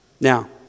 Now